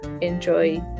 enjoy